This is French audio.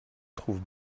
trouve